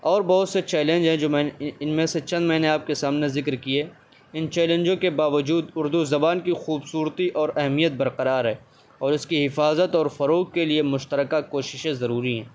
اور بہت سے چیلنج ہیں جو میں نے ان میں سے چند میں نے آپ کے سامنے ذکر کیے ان چیلنجوں کے باوجود اردو زبان کی خوبصورتی اور اہمیت برقرار ہے اور اس کی حفاظت اور فروغ کے لیے مشترکہ کوششیں ضروری ہیں